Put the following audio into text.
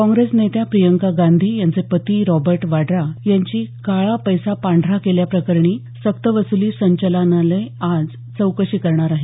काँग्रेस नेत्या प्रियंका गांधी यांचे पती रॉबर्ट वाड़ा यांची काळा पैसा पांढरा केल्या प्रकरणी सक्तवसुली संचालनालय आज चौकशी करणार आहे